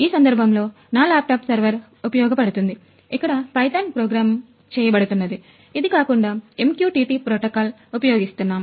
ఈ సందర్భంలో నా లాప్ టాప్ సర్వర్గా ఉపయోగపడుతుంది ఇక్కడ పైతాన్ ప్రోగ్రాము ఉపయోగిస్తున్నాను